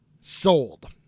sold